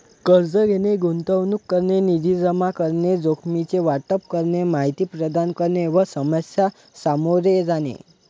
कर्ज घेणे, गुंतवणूक करणे, निधी जमा करणे, जोखमीचे वाटप करणे, माहिती प्रदान करणे व समस्या सामोरे जाणे